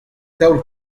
taol